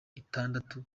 itandatu